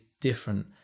different